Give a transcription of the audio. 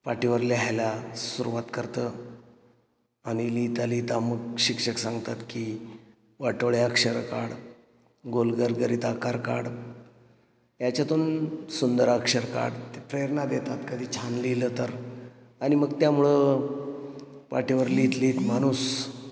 पाटीवर लिहायला सुरुवात करतं आणि लिहिता लिहिता मग शिक्षक सांगतात की वाटोळे अक्षर काढ गोल गरगरीत आकार काढ याच्यातून सुंदर अक्षर काढ ते प्रेरणा देतात कधी छान लिहिलं तर आणि मग त्यामुळं पाटीवर लिहीत लिहीत माणूस